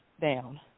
down